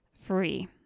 free